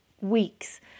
weeks